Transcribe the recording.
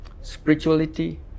Spirituality